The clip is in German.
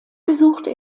besuchte